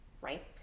right